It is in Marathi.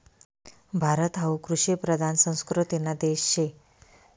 भारत हावू कृषिप्रधान संस्कृतीना देश शे